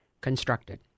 constructed